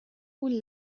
پول